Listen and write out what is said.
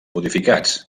modificats